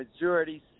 majority